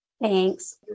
Thanks